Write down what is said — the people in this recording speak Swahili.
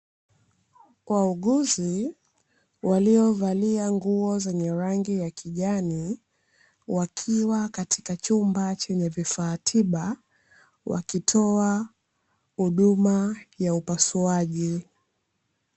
Wauguzi waliovalia nguo za kijani wakiwa katika chumba